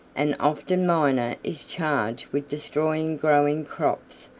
and often miner is charged with destroying growing crops,